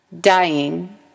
Dying